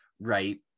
right